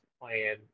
plan